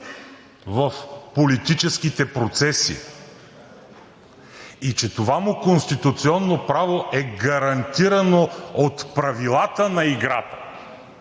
в политическите процеси и че това му конституционно право е гарантирано от правилата на играта.